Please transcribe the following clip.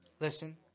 Listen